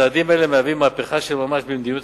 צעדים אלה מהווים מהפכה של ממש במדיניות